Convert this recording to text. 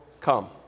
come